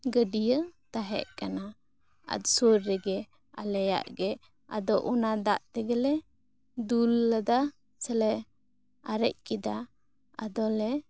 ᱜᱟᱹᱰᱤᱭᱟᱹ ᱛᱟᱦᱮᱸᱜ ᱠᱟᱱᱟ ᱥᱩᱨ ᱨᱮᱜᱮ ᱟᱞᱮᱭᱟᱜ ᱜᱮ ᱟᱫᱚ ᱚᱱᱟ ᱫᱟᱜ ᱛᱮ ᱜᱮ ᱞᱮ ᱫᱩᱞ ᱟᱫᱟ ᱥᱮᱞᱮ ᱟᱨᱮᱡ ᱠᱮᱫᱟ ᱟᱫᱚ ᱞᱮ